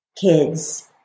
kids